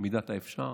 במידת האפשר,